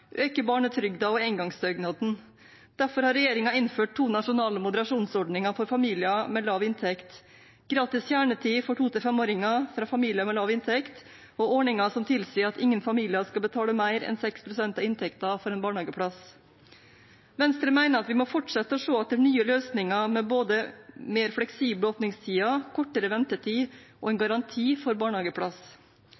øke barnetrygden og engangsstønaden. Derfor har regjeringen innført to nasjonale moderasjonsordninger for familier med lav inntekt: gratis kjernetid for 2–5-åringer fra familier med lav inntekt og ordninger som tilsier at ingen familier skal betale mer enn 6 pst. av inntekten sin for en barnehageplass. Venstre mener at vi må fortsette å se etter nye løsninger: både mer fleksible åpningstider, kortere ventetid og en